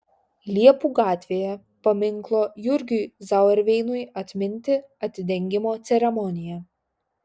liepų gatvėje paminklo jurgiui zauerveinui atminti atidengimo ceremonija